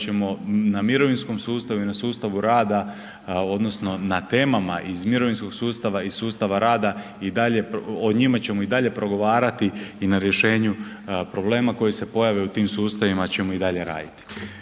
ćemo na mirovinskom sustavu i na sustavu rada, odnosno na temama iz mirovinskog sustava i sustava rada i dalje, o njima ćemo i dalje progovarati i na rješenje problema koji se pojave u tim sustavima ćemo i dalje raditi.